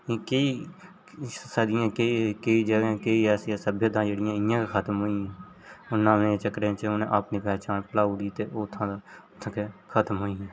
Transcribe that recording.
केईं सदियें केईं जगह् केईं ऐसी सभय्ता जेहड़ियां इ'यां गै खत्म होइयां नमें चक्करें च उ'नें अपनी पह्चान भलाऊ उड़ी ते ओह् उ'त्थां उ'त्थें गै खत्म होइयां